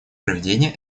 проведения